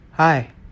Hi